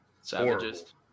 savages